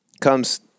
comes